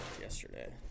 yesterday